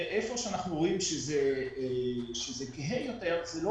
ואיפה שאנחנו רואים שזה כהה יותר זה לא